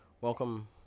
Welcome